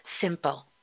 simple